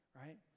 Right